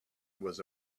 was